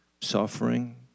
suffering